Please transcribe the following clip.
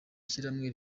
shyirahamwe